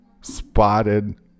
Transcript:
spotted